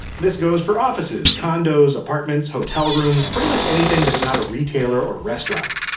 this goes for offices, condos, apartments, hotel rooms, pretty much anything that's not a retailer or restaurant.